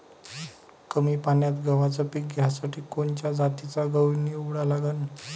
कमी पान्यात गव्हाचं पीक घ्यासाठी कोनच्या जातीचा गहू निवडा लागन?